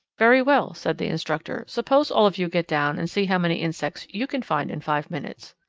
very well, said the instructor, suppose all of you get down and see how many insects you can find in five minutes.